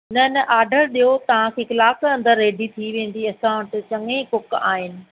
न न ऑडर ॾियो तव्हांखे कलाक जे अंदरु रेडी थी वेंदी असां वटि चङे ई कुक आहिनि